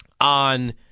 on